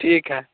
ठीक है